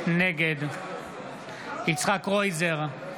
נגד יצחק קרויזר,